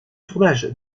tournage